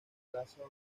plaza